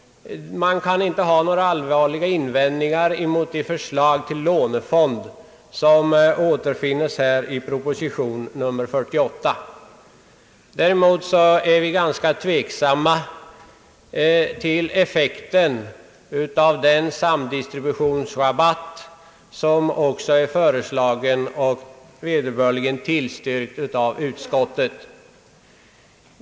Man kan inte göra några allvarliga invändningar emot det förslag till lånefond som återfinns i proposition nr 48. Däremot är vi ganska tveksamma när det gäller effekten av den samdistributionsrabatt som också är föreslagen och vederbörligen tillstyrkt av utskottet.